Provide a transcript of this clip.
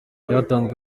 batanzwe